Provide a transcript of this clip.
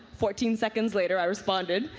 fourteen seconds later i responded,